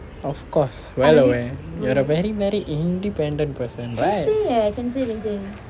of course well aware you are a very very independent person right